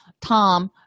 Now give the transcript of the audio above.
Tom